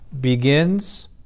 begins